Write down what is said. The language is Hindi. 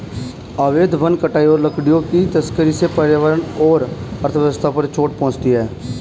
अवैध वन कटाई और लकड़ियों की तस्करी से पर्यावरण और अर्थव्यवस्था पर चोट पहुँचती है